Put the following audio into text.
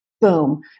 Boom